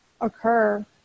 occur